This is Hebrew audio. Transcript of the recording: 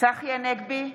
צחי הנגבי,